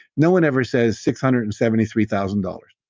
no one ever says six hundred and seventy three thousand dollars.